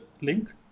link